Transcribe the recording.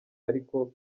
ariko